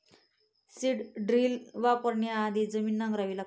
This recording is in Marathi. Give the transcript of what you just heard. सीड ड्रिल वापरण्याआधी जमीन नांगरावी लागते